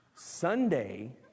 Sunday